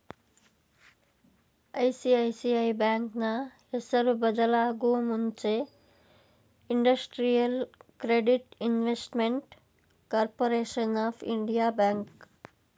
ICICI ಬ್ಯಾಂಕ್ನ ಹೆಸರು ಬದಲಾಗೂ ಮುಂಚೆ industrial credit investment corporation of India bank